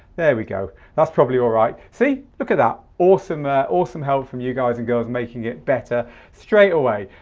there we go. that's probably all right. see, look at that, awesome ah awesome help from you guys and girls making it better straight away.